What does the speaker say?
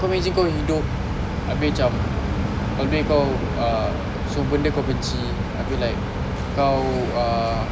kau imagine kau hidup abeh macam abeh kau uh semua benda kau benci until like kau uh